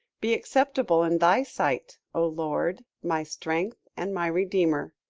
be acceptable in thy sight, o lord, my strength and my redeemer.